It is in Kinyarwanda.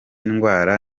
ndwara